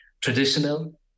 traditional